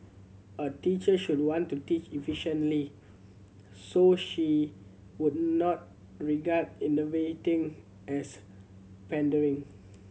a teacher should want to teach effectively so she would not regard innovating as pandering